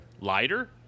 Lighter